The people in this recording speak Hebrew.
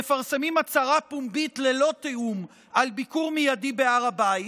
מפרסמים הצהרה פומבית ללא תיאום על ביקור מיידי בהר הבית,